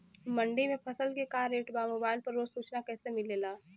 मंडी में फसल के का रेट बा मोबाइल पर रोज सूचना कैसे मिलेला?